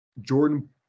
Jordan